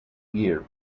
year